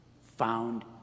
found